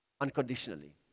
unconditionally